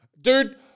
dude